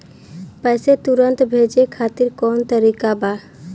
पैसे तुरंत भेजे खातिर कौन तरीका बा?